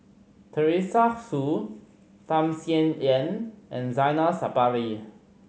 Teresa Hsu Tham Sien Yen and Zainal Sapari